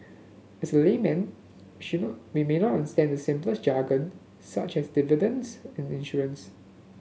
as a laymen she not we may not understand the simplest jargon such as dividends in insurance